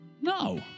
No